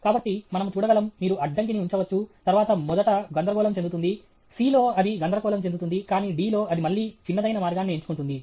కాబట్టి మనము చూడగలం మీరు అడ్డంకిని ఉంచవచ్చు తరువాత మొదట గందరగోళం చెందుతుంది C లో అది గందరగోళం చెందుతుంది కానీ Dలో అది మళ్ళీ చిన్నదైన మార్గాన్ని ఎంచుకుంటుంది